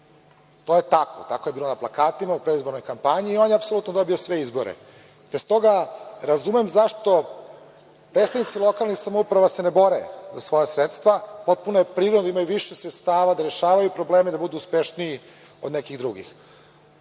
To je tako. Tako je bilo na plakatima u predizbornoj kampanji i on je apsolutno dobio sve izbore. Te stoga razumem zašto predstavnici lokalnih samouprava se ne bore za svoja sredstva. Potpuno je prirodno, da imaju više sredstava, da rešavaju probleme, da budu uspešniji od nekih drugih. Ne